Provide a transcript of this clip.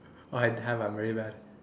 oh I have I'm very bad